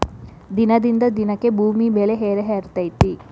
ದಿನದಿಂದ ದಿನಕ್ಕೆ ಭೂಮಿ ಬೆಲೆ ಏರೆಏರಾತೈತಿ